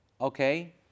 Okay